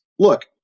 look